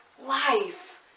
life